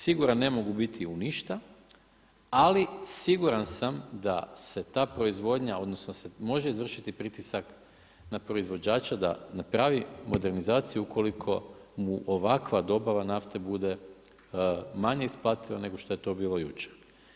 Siguran ne mogu biti u ništa, ali siguran sam da se ta proizvodnja, odnosno da se može izvršiti pritisak na proizvođača da napravi modernizaciju ukoliko mu ovakva dobava nafte bude manje isplativa nego što je to bilo jučer.